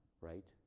right